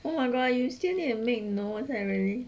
oh my god you still need to make notes like really